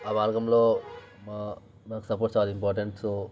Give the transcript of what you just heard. ఆ మార్గంలో మా మాకు సపోర్ట్ చాలా ఇంపార్టెంట్ సో